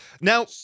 Now